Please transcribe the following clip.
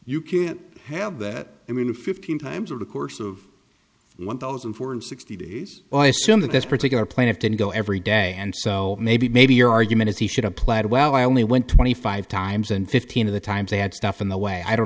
you can't have that i mean fifteen times of the course of one thousand four hundred sixty days well i assume that this particular plan of ten go every day and so maybe maybe your argument is he should have played well i only went twenty five times and fifteen of the times i had stuff in the way i don't